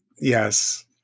Yes